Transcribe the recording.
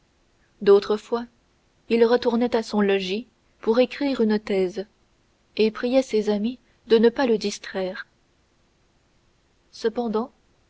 d'autres fois il retournait à son logis pour écrire une thèse et priait ses amis de ne pas le distraire cependant